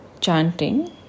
chanting